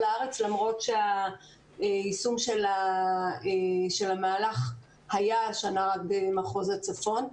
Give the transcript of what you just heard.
הארץ למרות שהיישום של המהלך היה השנה רק במחוז הצפון.